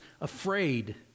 afraid